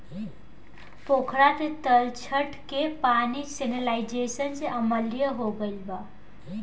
पोखरा के तलछट के पानी सैलिनाइज़ेशन से अम्लीय हो गईल बा